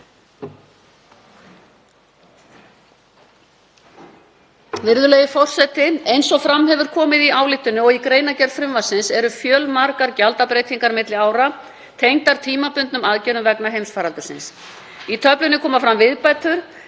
Virðulegi forseti. Eins og fram hefur komið í ályktuninni og í greinargerð frumvarpsins eru fjölmargar gjaldabreytingar milli ára tengdar tímabundnum aðgerðum vegna heimsfaraldursins. Í töflunni koma fram viðbætur